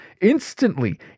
instantly